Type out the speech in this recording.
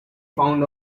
found